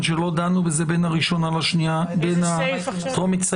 שלא דנו בזה בין הקריאה הטרומית לקריאה הראשונה.